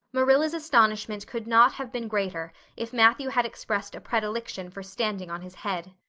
marilla's astonishment could not have been greater if matthew had expressed a predilection for standing on his head.